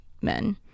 men